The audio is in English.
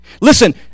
Listen